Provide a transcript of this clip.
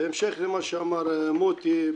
בהמשך למה שאמר מוטי,